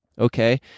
Okay